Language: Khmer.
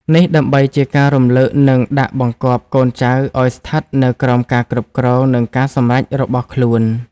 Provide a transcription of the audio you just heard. នេះដើម្បីជាការរំលឹក និងដាក់បង្គាប់កូនចៅឱ្យស្ថិតនៅក្រោមការគ្រប់គ្រង និងការសម្រេចរបស់ខ្លួន។